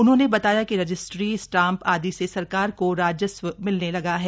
उन्होंने बताया कि रजिस्ट्री स्टाम्प आदि से सरकार को राजस्व मिलने लगा है